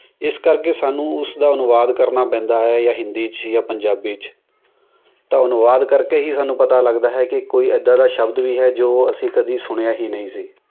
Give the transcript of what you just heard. ਇਸ ਕਰਕੇ ਸਾਨੂੰ ਉਸ ਦਾ ਅਨੁਵਾਦ ਕਰਨਾ ਪੈਂਦਾ ਹੈ ਜਾਂ ਹਿੰਦੀ 'ਚ ਜਾਂ ਪੰਜਾਬੀ 'ਚ ਤਾਂ ਅਨੁਵਾਦ ਕਰਕੇ ਹੀ ਸਾਨੂੰ ਪਤਾ ਲੱਗਦਾ ਹੈ ਕਿ ਕੋਈ ਇੱਦਾਂ ਦਾ ਸ਼ਬਦ ਵੀ ਹੈ ਜੋ ਅਸੀਂ ਕਦੀ ਸੁਣਿਆ ਹੀ ਨਹੀਂ ਸੀ